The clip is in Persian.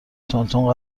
تندتند